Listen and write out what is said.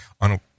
on